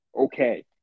okay